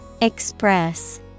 Express